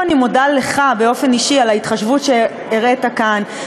אני מודה לך באופן אישי על ההתחשבות שהראית כאן,